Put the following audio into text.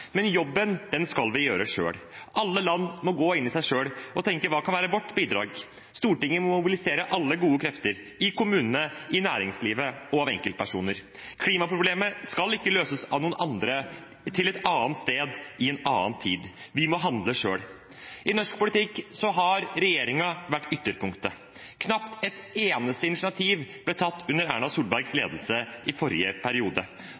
Men jobben skal vi gjøre selv. Alle land må gå i seg selv og tenke: Hva kan være vårt bidrag? Stortinget må mobilisere alle gode krefter – i kommunene, i næringslivet og av enkeltpersoner. Klimaproblemet skal ikke løses av noen andre – et annet sted i en annen tid. Vi må handle selv. I norsk politikk har regjeringen vært ytterpunktet. Knapt et eneste initiativ ble tatt under Erna Solbergs ledelse i forrige periode.